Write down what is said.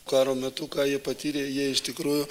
karo metu ką jie patyrė jie iš tikrųjų